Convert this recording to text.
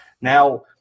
Now